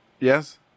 Yes